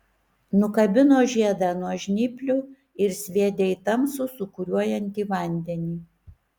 nukabino žiedą nuo žnyplių ir sviedė į tamsų sūkuriuojantį vandenį